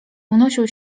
unosił